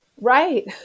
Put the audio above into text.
Right